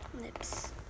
lips